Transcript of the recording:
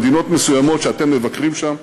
במדינות מסוימות שאתם מבקרים שם,